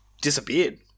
disappeared